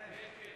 כן.